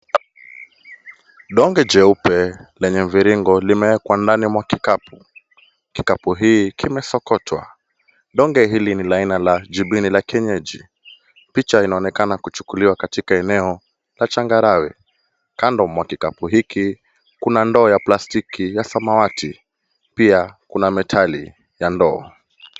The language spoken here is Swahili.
Donge jeupe lenye mviringo limeekwa ndani mwa kikapu, kikapu hii kimesokotwa, donge hili ni la aina la jibini la kienyeji. Picha inaonekana kuchukuliwa katika eneo la changarawe. Kando mwa kikapu hiki kuna ndoo ya plastiki ya samawati, pia kuna metali ya ndoo.